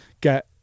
get